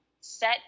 set